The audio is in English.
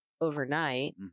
overnight